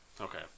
Okay